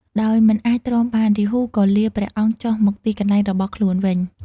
ដោយមិនអាចទ្រាំបាន រាហូក៏លាព្រះអង្គចុះមកទីកន្លែងរបស់ខ្លួនវិញ។